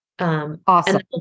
Awesome